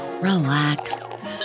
relax